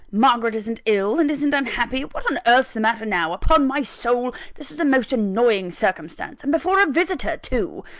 margaret isn't ill, and isn't unhappy what on earth's the matter now? upon my soul this is a most annoying circumstance and before a visitor too!